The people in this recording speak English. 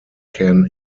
ken